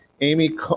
Amy